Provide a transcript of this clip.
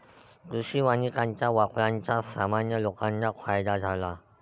कृषी वानिकाच्या वापराचा सामान्य लोकांना फायदा झाला